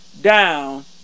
down